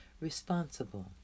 responsible